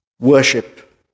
worship